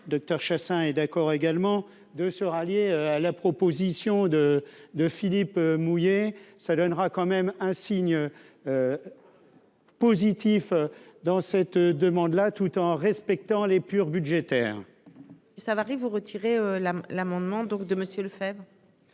Docteur Chassaing et d'accord également de se rallier à la proposition de de Philippe mouiller ça donnera quand même un signe positif dans cette demande-là tout en respectant l'épure budgétaire. ça varie, vous retirez la, l'amendement donc de Monsieur Lefebvre